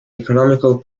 economical